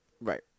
Right